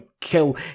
kill